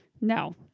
No